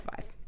five